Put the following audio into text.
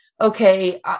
okay